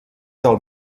del